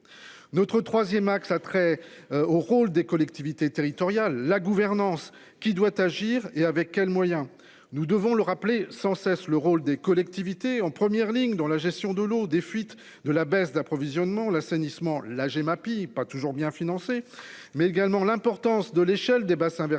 Notre 3ème axe a trait au rôle des collectivités territoriales la gouvernance qui doit agir et avec quels moyens. Nous devons le rappeler sans cesse le rôle des collectivités en première ligne dans la gestion de l'eau, des fuites de la baisse d'approvisionnement l'assainissement et la Gemapi pas toujours bien financer mais également l'importance de l'échelle des bassins versants